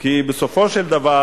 כי בסופו של דבר